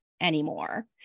anymore